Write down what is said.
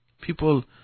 People